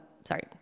sorry